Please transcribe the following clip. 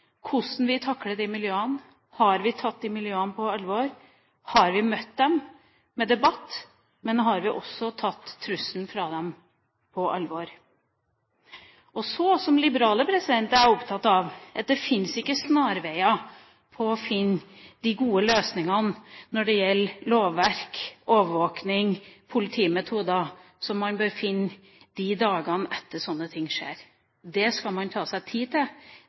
hvordan vi takler de miljøene, har vi tatt de miljøene på alvor, har vi møtt dem med debatt, men også om vi har tatt trusselen fra dem på alvor. Som liberaler er jeg opptatt av at det ikke finnes snarveier for å finne de gode løsningene når det gjelder lovverk, overvåkning, politimetoder, som man bør finne i dagene etter at slike ting skjer. Det skal man ta seg tid til,